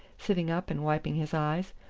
sitting up and wiping his eyes.